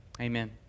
Amen